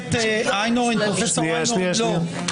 פרופ' איינהורן, לא.